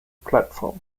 platform